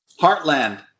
heartland